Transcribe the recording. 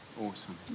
Awesome